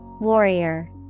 Warrior